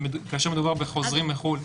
כאשר מדובר בחוזרים מחו"ל.